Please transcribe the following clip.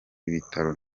ibitaro